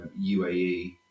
UAE